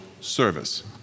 service